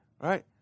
right